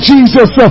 Jesus